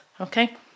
Okay